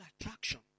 attraction